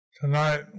Tonight